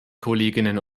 kolleginnen